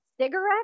cigarettes